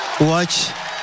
Watch